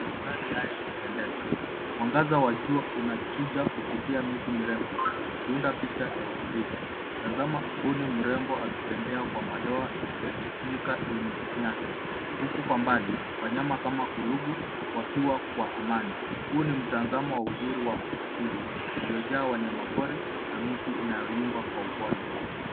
Madhari haya ya kupendeza. Mwangaza wa jua unachuja kupitia miti mirefu ukiunda picha ya utulivu. Tazama mbuni mrembo akitembea kwa madoa kwenye nyika yenye nyasi. Huku kwa mbali, wanyama kama kulugu wakiwa kwa amani. Huu ni mtazamo wa uzuri wa asili uliojaa wanyama pori na miti inayo yumba kwa upole.